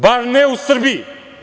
Bar ne u Srbiji.